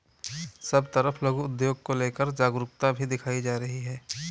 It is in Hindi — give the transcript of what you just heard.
सब तरफ लघु उद्योग को लेकर जागरूकता भी दिखाई जा रही है